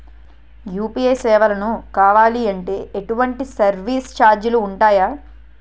UPI సేవలను కావాలి అంటే ఎటువంటి సర్విస్ ఛార్జీలు ఉంటాయి?